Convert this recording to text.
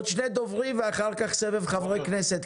יהיו עוד שני דוברים ואחר כך סבב של חברי הכנסת,